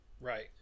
Right